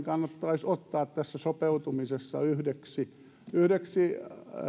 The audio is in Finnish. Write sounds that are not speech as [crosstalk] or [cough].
[unintelligible] kannattaisi ottaa tässä sopeutumisessa yhdeksi yhdeksi